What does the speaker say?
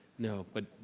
no, but,